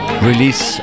Release